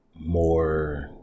more